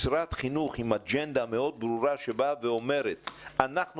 משרד חינוך עם אג'נדה מאוד ברורה שבאה ואומרת שאנחנו